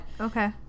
okay